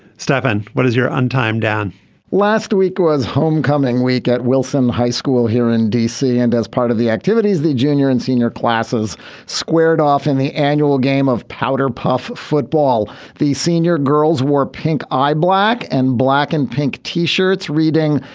stefan what is your time down last week was homecoming week at wilson high school here in d c. and as part of the activities that junior and senior classes squared off in the annual game of powder puff football the senior girls wore pink eye black and black and pink t-shirts reading.